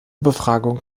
befragung